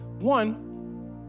One